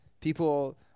People